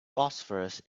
phosphorus